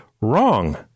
wrong